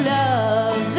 love